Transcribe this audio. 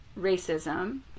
racism